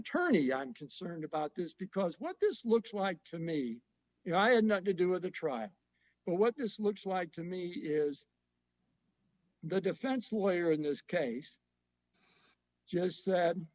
attorney i'm concerned about this because what this looks like to me you know i had not to do with the trial but what this looks like to me is the defense lawyer in this case just